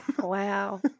Wow